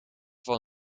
van